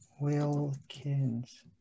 Wilkins